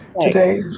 today